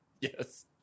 Yes